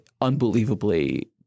unbelievably